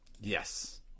Yes